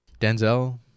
Denzel